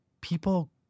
people